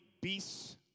beasts